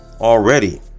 Already